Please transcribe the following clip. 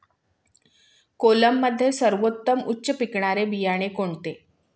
कोलममध्ये सर्वोत्तम उच्च पिकणारे बियाणे कोणते?